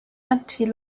anti